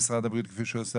במשרד העבודה והרווחה,